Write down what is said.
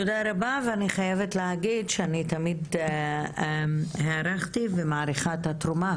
תודה רבה ואני חייבת להגיד שאני תמיד הערכתי ומעריכה את התרומה